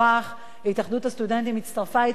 התאחדות הסטודנטים הצטרפה אתנו למהלך.